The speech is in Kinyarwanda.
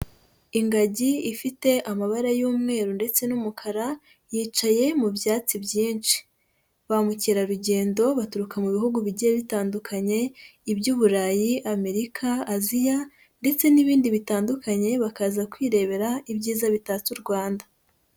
Ingagi ifite amabara y'umweru ndetse n'umukara, yicaye mu byatsi byinshi. Ba mukerarugendo baturuka mu bihugu bigiye bitandukanye, iby'Uburayi, Amerika, Aziya ndetse n'ibindi bitandukanye, bakaza kwirebera ibyiza bitatse u Rwanda.